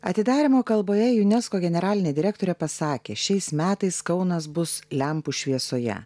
atidarymo kalboje unesco generalinė direktorė pasakė šiais metais kaunas bus lempų šviesoje